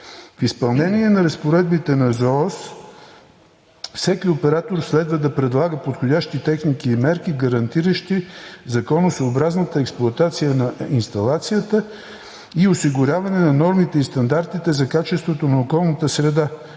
за опазване на околната среда всеки оператор следва да предлага подходящи техники и мерки, гарантиращи законосъобразната експлоатация на инсталацията и осигуряване на нормите и стандартите за качеството на околната среда,